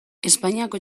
espainiako